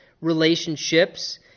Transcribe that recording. relationships